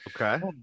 Okay